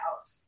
out